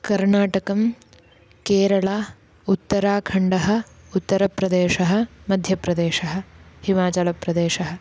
कर्णाटकं केरळा उत्तराखण्डः उत्तरप्रदेशः मध्यप्रदेशः हिमाचलप्रदेशः